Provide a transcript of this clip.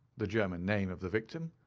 the german name of the victim,